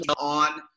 on